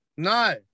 No